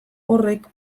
horrek